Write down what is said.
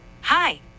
Hi